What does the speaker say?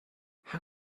how